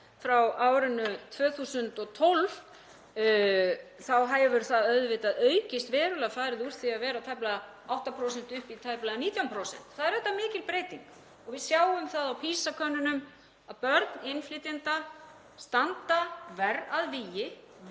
frá árinu 2012 þá hefur það auðvitað aukist verulega, farið úr því að vera tæplega 8% upp í tæplega 19%. Það er auðvitað mikil breyting og við sjáum það á PISA-könnunum að börn innflytjenda standa verr að vígi